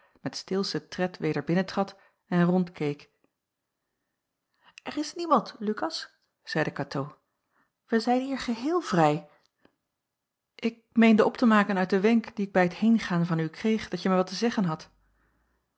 met steelschen tred weder binnentrad en rondkeek er is niemand lukas zeide katoo wij zijn hier geheel vrij ik meende op te maken uit den wenk dien ik bij t heengaan van u kreeg dat je mij wat te zeggen hadt